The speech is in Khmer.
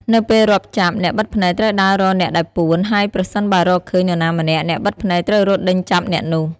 នៅពេលរាប់ចប់ អ្នកបិទភ្នែកត្រូវដើររកអ្នកដែលពួន ហើយប្រសិនបើរកឃើញនរណាម្នាក់ អ្នកបិទភ្នែកត្រូវរត់ដេញចាប់អ្នកនោះ។